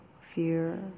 fear